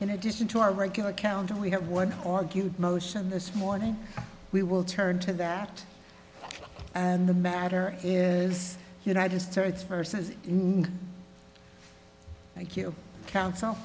in addition to our regular counting we have one argued motion this morning we will turn to that and the matter is united states versus thank you counsel